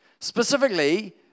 specifically